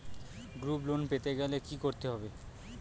Group loan পেতে গেলে কি করতে হবে?